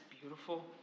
beautiful